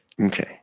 okay